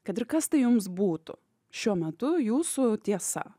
kad ir kas tai jums būtų šiuo metu jūsų tiesa